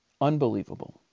Unbelievable